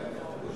אדוני